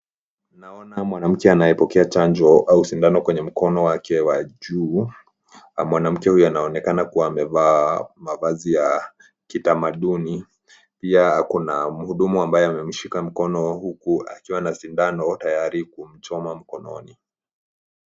Naona mwanamke anayepokea chanjo au sindano kwenye mkono wake wa juu na mwanamke huyu anaonekana kuwa amevaa mavazi ya kitamaduni. Pia kuna mhudumu ambaye amemshika mkono huku akiwa na sindano tayari kumchoma mkononi.